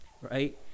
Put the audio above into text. right